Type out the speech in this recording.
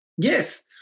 Yes